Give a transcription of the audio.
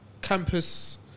campus